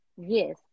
yes